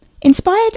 Inspired